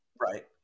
Right